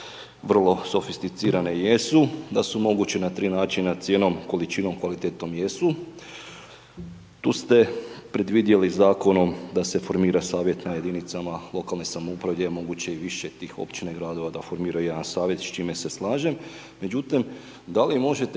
vrlo sofisticirane, jesu, da su mogući na tri načina cijenom, količinom, kvalitetom, jesu. Tu ste predvidjeli Zakonom da se formira Savjet na jedinicama lokalne samouprave gdje je moguće i više tih općina i gradova da formiraju jedan Savjet, s čime se slažem. Međutim, da li možete